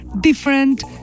different